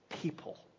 people